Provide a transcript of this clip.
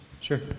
sure